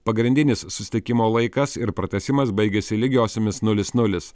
pagrindinis susitikimo laikas ir pratęsimas baigėsi lygiosiomis nulis nulis